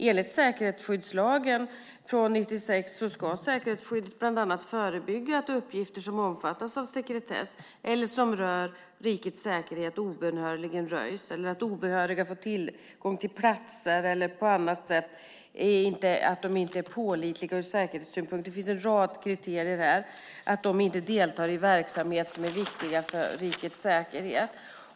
Enligt säkerhetsskyddslagen från 1996 ska säkerhetsskydd bland annat förebygga att uppgifter som omfattas av sekretess eller som rör rikets säkerhet obönhörligen röjs eller att obehöriga får tillgång till platser eller på annat sätt är opålitliga ur säkerhetssynpunkt. Det finns en rad kriterier. De får inte delta i verksamhet som är viktig för rikets säkerhet.